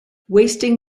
wasting